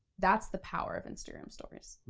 that's the power of instagram stories.